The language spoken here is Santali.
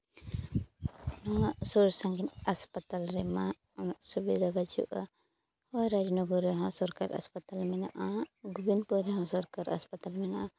ᱱᱚᱣᱟ ᱥᱩᱨ ᱥᱟᱺᱜᱤᱧ ᱦᱟᱸᱥᱯᱟᱛᱟᱞ ᱨᱮᱢᱟ ᱩᱱᱟᱹᱜ ᱥᱩᱵᱤᱫᱟ ᱵᱟᱹᱪᱩᱜᱼᱟ ᱱᱚᱣᱟ ᱨᱟᱡᱽᱱᱚᱜᱚᱨ ᱨᱮᱦᱚᱸ ᱥᱚᱨᱠᱟᱹᱨᱤ ᱦᱟᱸᱥᱯᱟᱛᱟᱞ ᱢᱮᱱᱟᱜᱼᱟ ᱜᱳᱵᱤᱱᱫᱯᱩᱨ ᱨᱮᱦᱚᱸ ᱥᱚᱨᱠᱟᱨᱤ ᱦᱟᱥᱯᱟᱛᱟᱞ ᱢᱮᱱᱟᱜᱼᱟ